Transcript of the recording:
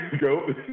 go